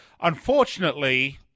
Unfortunately